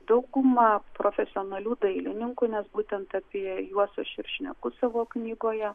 dauguma profesionalių dailininkų nes būtent apie juos aš ir šneku savo knygoje